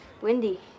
Windy